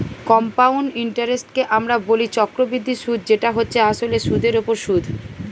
compound ইন্টারেস্টকে আমরা বলি চক্রবৃদ্ধি সুধ যেটা হচ্ছে আসলে সুধের ওপর সুধ